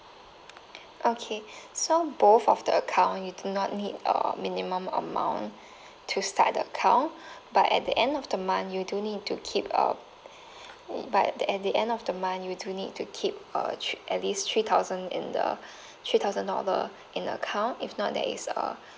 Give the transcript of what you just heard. okay so both of the account you do not need a minimum amount to start the account but at the end of the month you do need to keep a but at the end of the month you do need to keep a thr~ at least three thousand in the three thousand dollar in the account if not there is a